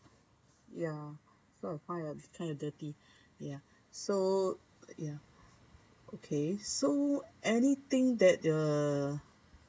ya so I find it's kind of dirty ya so ya okay so anything that uh